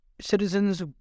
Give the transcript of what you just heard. citizens